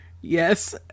Yes